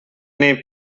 nei